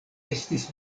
estis